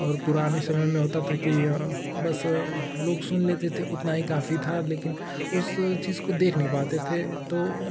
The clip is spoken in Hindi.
और पुराने समय में होता था कि बस लोग सुन लेते थे उतना ही काफ़ी था लेकिन उस चीज़ को देख नहीं पाते थे तो